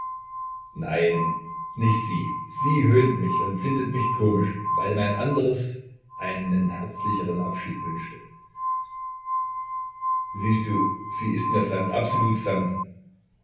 nein nicht sie sie höhnt mich und findet mich komisch weil mein andres einen herzlicheren abschied wünschte siehst du sie ist mir fremd absolut fremd